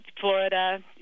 Florida